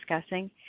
discussing